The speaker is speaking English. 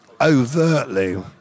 overtly